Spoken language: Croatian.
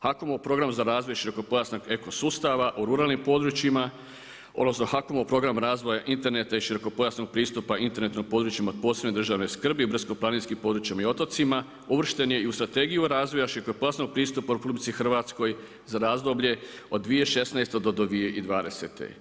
HAKOM-ov program za razvoj širokopojasnog eko sustava u ruralnim područjima odnosno HAKOM-ov program razvoja interneta i širokopojasnog pristupa internetu na područjima od posebne državne skrbi i brdsko planinskim područjima i otocima uvršteni i u Strategiju razvoja širokopojasnog pristupa RH za razdoblje od 2016. do 2020.